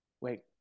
wait